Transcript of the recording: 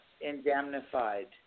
Indemnified